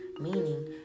meaning